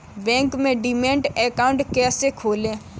Bank में demat account कैसे खोलें?